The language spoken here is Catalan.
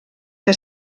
que